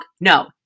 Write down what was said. No